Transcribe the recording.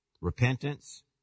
Repentance